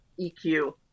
EQ